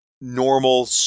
normal